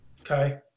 okay